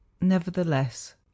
Nevertheless